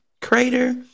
Crater